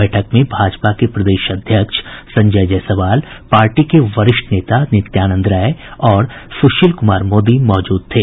बैठक में भाजपा के प्रदेश अध्यक्ष संजय जायसवाल पार्टी के वरिष्ठ नेता नित्यानंद राय और सुशील कुमार मोदी मौजूद थे